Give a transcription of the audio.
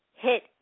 hit